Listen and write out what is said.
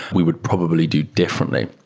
we would probably do differently.